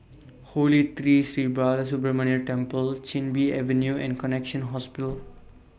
Holy Tree Sri Balasubramaniar Temple Chin Bee Avenue and Connexion Hospital